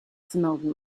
smelled